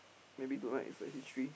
maybe tonight is a history